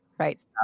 right